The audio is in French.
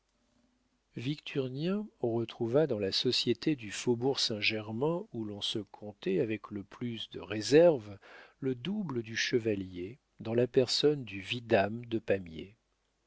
victurnien retrouva dans la société du faubourg saint-germain où l'on se comptait avec le plus de réserve le double du chevalier dans la personne du vidame de pamiers